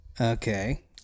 Okay